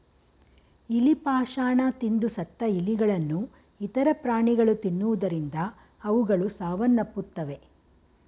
ಇಲಿ ಪಾಷಾಣ ತಿಂದು ಸತ್ತ ಇಲಿಗಳನ್ನು ಇತರ ಪ್ರಾಣಿಗಳು ತಿನ್ನುವುದರಿಂದ ಅವುಗಳು ಸಾವನ್ನಪ್ಪುತ್ತವೆ